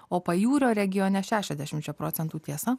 o pajūrio regione šešiasdešimčia procentų tiesa